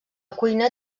cuina